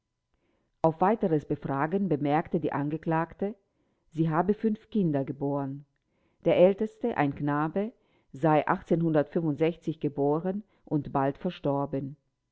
auf weiteres befragen bemerkte die angekl sie habe fünf kinder geboren der älteste ein knabe sei geboren und bald verstorben